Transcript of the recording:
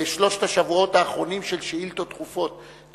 בשלושת השבועות האחרונים לשאילתות דחופות,